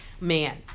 Man